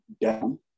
down